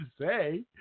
say